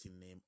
name